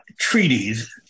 Treaties